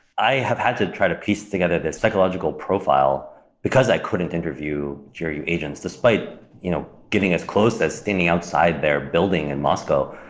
i have had to try to piece together this psychological profile because i couldn't interview gru agents, despite you know getting as close as standing outside their building in moscow.